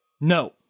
No